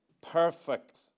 perfect